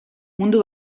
mundu